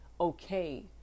okay